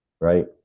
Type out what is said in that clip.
Right